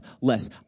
less